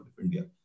India